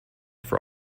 for